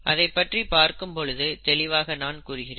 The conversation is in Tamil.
அதைப் பற்றி பார்க்கும் பொழுது தெளிவாக நான் கூறுகிறேன்